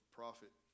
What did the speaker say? prophet